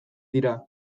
dira